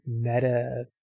meta